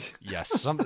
Yes